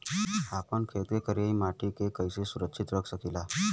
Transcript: आपन खेत के करियाई माटी के कइसे सुरक्षित रख सकी ला?